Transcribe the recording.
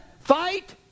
fight